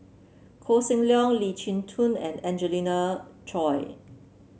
Koh Seng Leong Lee Chin Koon and Angelina Choy